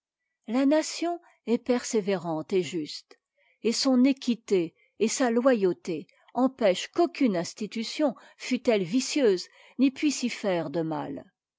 la nation est persévérante et juste et son équité et sa loyauté empêchent qu'aucune institution fût-elle vicieuse ne puisse y faire de mal